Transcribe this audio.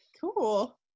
cool